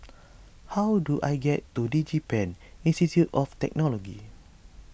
how do I get to DigiPen Institute of Technology